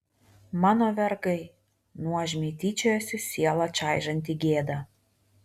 mano vergai nuožmiai tyčiojasi sielą čaižanti gėda